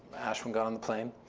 ashwin got on the plane,